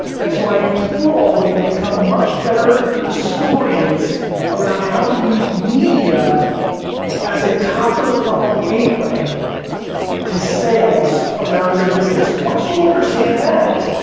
and so, i implore all of you to become much better historians around how to use media as a top of the funnel gateway to sales around your business. once you understand that,